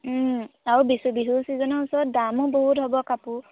আৰু বিচু বিহু চিজনৰ ওচৰত দামো বহুত হ'ব কাপোৰ